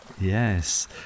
Yes